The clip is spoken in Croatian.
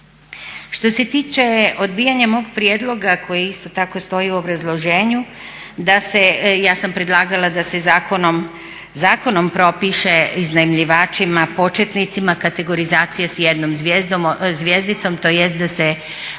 Što se tiče odbijanja mog prijedloga koji isto tako stoji u obrazloženju da se, ja sam predlagala da se zakonom propiše iznajmljivačima početnicima kategorizacija sa jednom zvjezdicom tj. da se